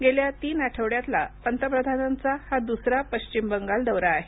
गेल्या तीन आठवड्यातला पंतप्रधानांना हा दुसरा पश्चिम बंगालचा दौरा आहे